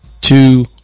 two